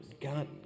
God